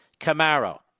Camaro